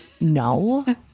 No